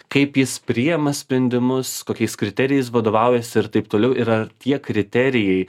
kaip jis priima sprendimus kokiais kriterijais vadovaujasi ir taip toliau ir ar tie kriterijai